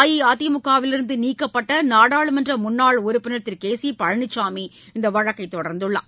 அஇஅதிமுகவிலிருந்து நீக்கப்பட்ட நாடாளுமன்ற முன்னாள் உறுப்பினர் திரு கே சி பழனிசாமி இந்த வழக்கைத் தொடர்ந்துள்ளார்